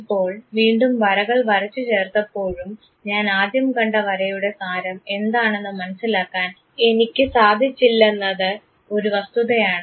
ഇപ്പോൾ വീണ്ടും വരകൾ വരച്ചുചേർത്തപ്പോഴും ഞാൻ ആദ്യം കണ്ട വരയുടെ സാരം എന്താണെന്ന് മനസ്സിലാക്കാൻ എനിക്ക് സാധിച്ചില്ലെന്നത് ഒരു വസ്തുതയാണ്